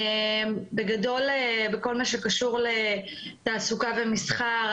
בגדול בכל מה שקשור לתעסוקה ומסחר,